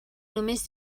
només